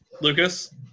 Lucas